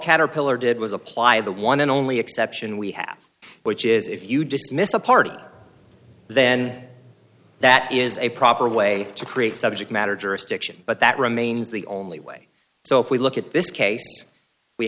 caterpillar did was apply the one and only exception we have which is if you dismiss a part then that is a proper way to create subject matter jurisdiction but that remains the only way so if we look at this case we